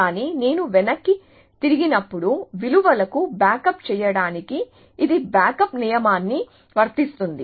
కానీ నేను వెనక్కి తిరిగినప్పుడు విలువలను బ్యాకప్ చేయడానికి ఇది బ్యాకప్ నియమాన్ని వర్తిస్తుంది